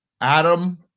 Adam